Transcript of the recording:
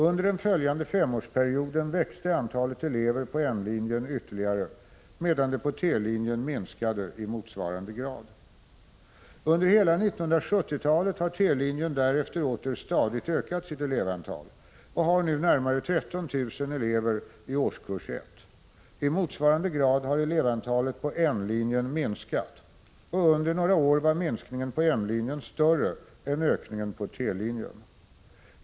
Under den följande femårsperioden växte antalet elever på N-linjen ytterligare, medan den på T-linjen minskade i motsvarande grad. Under hela 1970-talet har T-linjen därefter åter stadigt ökat sitt elevantal och har nu närmare 13 000 elever i årskurs 1. I motsvarande grad har elevantalet på N-linjen minskat, och under några år var minskningen på N-linjen större än ökningen på T-linjen.